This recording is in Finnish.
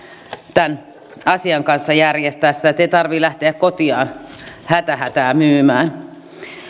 tämän asian kanssa ja annetaan järjestää sitä ettei tarvitse lähteä kotiaan häthätää myymään